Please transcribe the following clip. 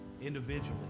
individually